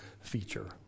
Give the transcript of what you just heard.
feature